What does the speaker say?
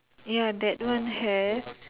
ya that one have